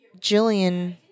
Jillian